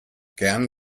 gern